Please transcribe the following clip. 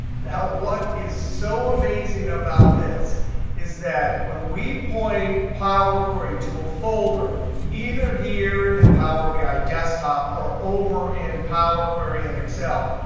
now what is so amazing about this is that when we point power query to a folder either here in power bi desktop or over in power query in excel,